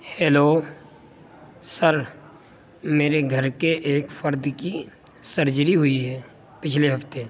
hello sir میرے گھر کے ایک فرد کی سرجری ہوئی ہے پچھلے ہفتے